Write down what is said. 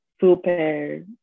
super